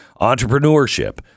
entrepreneurship